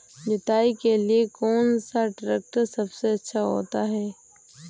जुताई के लिए कौन सा ट्रैक्टर सबसे अच्छा होता है?